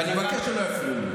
ואני מבקש שלא יפריעו לי.